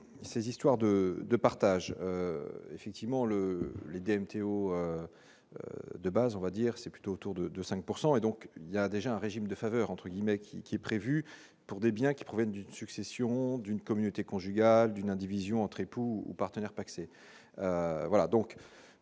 ces histoires de de partage effectivement le l'oedème Théo de base, on va dire c'est plutôt autour de 2 5 pourcent et donc il y a déjà un régime de faveur, entre guillemets, qui qui est prévue pour des biens qui proviennent d'une succession d'une communauté conjugale d'une indivision entre époux ou partenaires pacsés, voilà